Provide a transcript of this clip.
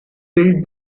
filled